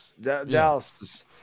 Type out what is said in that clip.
Dallas